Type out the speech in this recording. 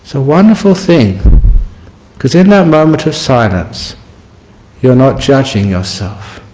so wonderful thing because in that moment of silence you are not judging yourself